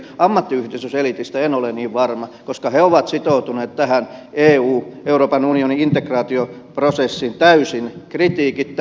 ammattiyhdistyseliitistä en ole niin varma koska he ovat sitoutuneet tähän euroopan unionin integraatioprosessiin täysin kritiikittä